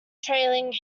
trailing